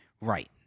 Right